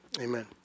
amen